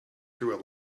through